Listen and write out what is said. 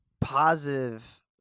positive